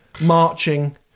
marching